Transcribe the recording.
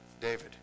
David